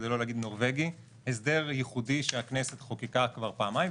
כדי לא להגיד "נורבגי" הסדר ייחודי שהכנסת חוקקה כבר פעמיים,